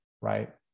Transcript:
Right